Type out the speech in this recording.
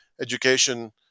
education